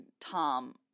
Tom